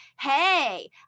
Hey